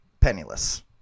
penniless